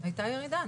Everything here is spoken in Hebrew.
הייתה ירידה.